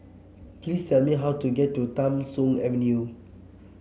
please tell me how to get to Tham Soong Avenue